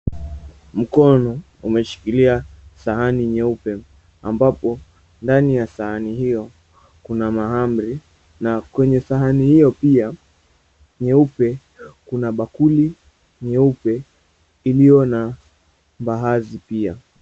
Mkono umeshikilia sahani nyeupe, ambapo ndani ya sahani hiyo kuna mahamri, na kwenye sahani hiyo pia nyeupe, kuna bakuli nyeupe iliyo na mbaazi pia.